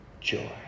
joy